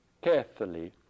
carefully